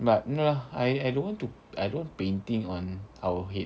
but no lah I I don't want to I don't want painting on our head